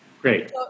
Great